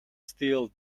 still